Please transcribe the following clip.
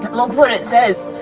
look what it says.